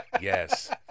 Yes